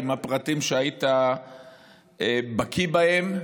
עם הפרטים שהיית בקיא בהם,